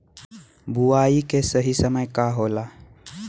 बुआई के सही समय का होला?